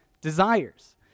desires